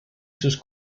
sus